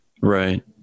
right